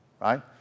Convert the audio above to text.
right